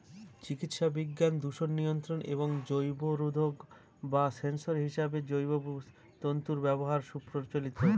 চিকিৎসাবিজ্ঞান, দূষণ নিয়ন্ত্রণ এবং জৈববোধক বা সেন্সর হিসেবে জৈব তন্তুর ব্যবহার সুপ্রচলিত